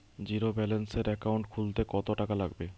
জিরোব্যেলেন্সের একাউন্ট খুলতে কত টাকা লাগবে?